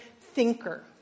thinker